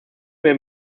wenn